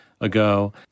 ago